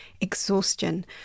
exhaustion